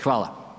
Hvala.